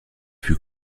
fut